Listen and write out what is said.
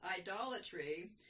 idolatry